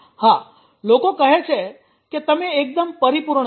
હા લોકો કહે છે કે તમે એકદમ પરિપૂર્ણ છો